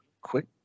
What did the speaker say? quick